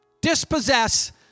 Dispossess